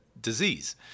disease